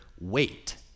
wait